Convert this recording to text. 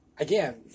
Again